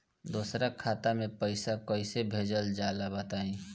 दोसरा खाता में पईसा कइसे भेजल जाला बताई?